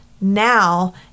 now